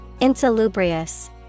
insalubrious